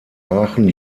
aachen